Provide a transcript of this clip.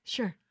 Sure